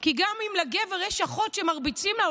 כי גם אם לגבר יש אחות שמרביצים לה,